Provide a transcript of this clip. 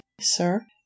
sir